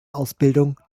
ausbildung